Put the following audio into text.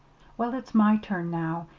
well, it's my turn, now,